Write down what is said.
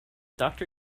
doctor